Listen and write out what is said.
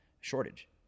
shortage